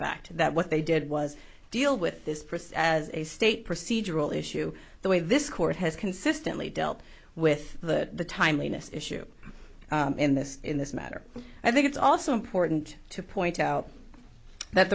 fact that what they did was deal with this process as a state procedural issue the way this court has consistently dealt with the timeliness issue in this in this matter i think it's also important to point out that